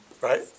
Right